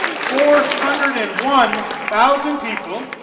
four hundred and one thousand people,